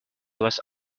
was